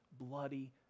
bloody